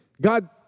God